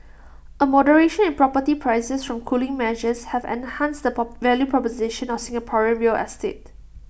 A moderation in property prices from cooling measures have enhanced the po value proposition of Singapore real estate